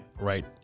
right